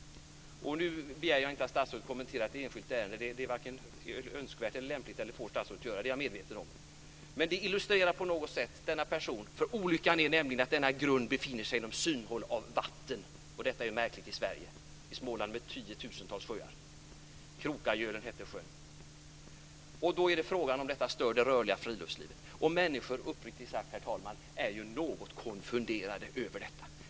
Nu begär jag inte att statsrådet ska kommentera ett enskilt ärende. Det är varken önskvärt eller lämpligt, och statsrådet får inte göra det. Det är jag medveten om. Men denna person kan vara ett illustrerande exempel. Olyckan är att denna grund befinner sig inom synhåll av vatten. Detta är märkligt i Sverige - i Småland med tiotusentals sjöar! Sjön heter Krokagölen. Då är frågan om detta hus stör det rörliga friluftslivet. Herr talman! Människor är, uppriktigt sagt, något konfunderade över detta.